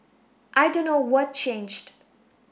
I don't know what changed